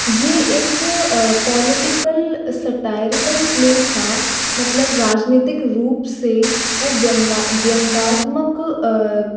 यह एक political satirical play था मतलब राजनीतिक रूप से वो व्यंगा व्यंगात्मक